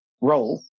role